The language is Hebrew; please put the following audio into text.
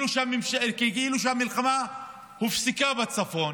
כאילו שהמלחמה הופסקה בצפון,